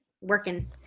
working